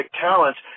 talents